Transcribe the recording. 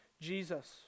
Jesus